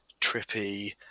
trippy